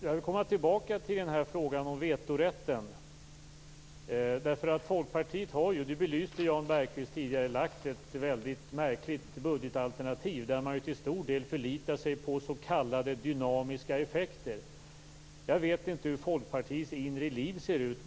Jag vill komma tillbaka till frågan om vetorätten. Folkpartiet har ju - det belyste Jan Bergqvist tidigare - lagt fram ett väldigt märkligt budgetalternativ där man till stor del förlitar sig på s.k. dynamiska effekter. Jag vet inte hur Folkpartiets inre liv ser ut.